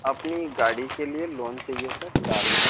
अपनी गाड़ी के लिए लोन चाहिए सर कार लोन